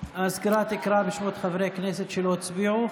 המזכיר תקרא בשמות חברי הכנסת שלא הצביעו,